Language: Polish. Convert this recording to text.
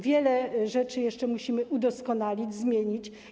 Wiele rzeczy jeszcze musimy udoskonalić, zmienić.